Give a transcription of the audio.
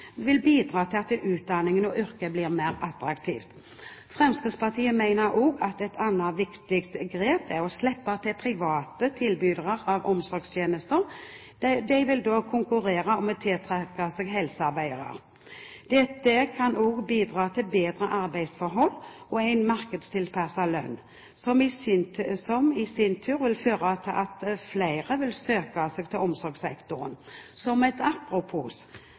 vil bidra til at utdanningen og yrket blir mer attraktivt. Fremskrittspartiet mener også at et annet viktig grep er å slippe til private tilbydere av omsorgstjenester. De vil da konkurrere om å tiltrekke seg helsearbeidere. Det kan bidra til bedre arbeidsforhold og en markedstilpasset lønn, som i sin tur vil føre til at flere vil søke seg til omsorgssektoren. Som et apropos